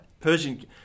persian